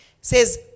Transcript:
says